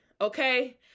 okay